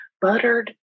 buttered